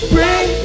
Bring